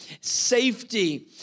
safety